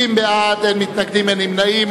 70 בעד, אין מתנגדים ואין נמנעים.